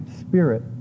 spirit